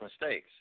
mistakes